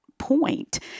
point